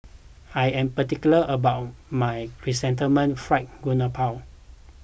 I am particular about my Chrysanthemum Fried Garoupa